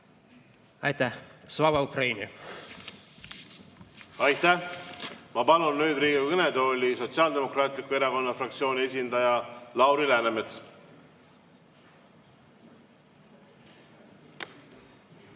Aitäh! Slava Ukraini! Aitäh! Ma palun nüüd Riigikogu kõnetooli Sotsiaaldemokraatliku Erakonna fraktsiooni esindaja Lauri Läänemetsa. Aitäh!